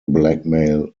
blackmail